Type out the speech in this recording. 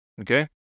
Okay